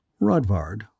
Rodvard